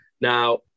Now